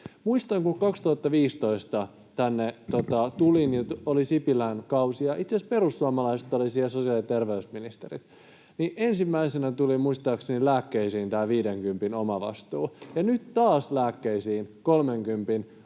Muistan, kun 2015 tänne tulin ja oli Sipilän kausi ja itse asiassa perussuomalaisilta oli silloin sosiaali- ja terveysministeri, että ensimmäisenä tuli muistaakseni lääkkeisiin tämä viidenkympin omavastuu, ja nyt taas tulee lääkkeisiin kolmenkympin